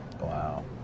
Wow